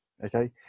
Okay